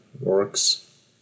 works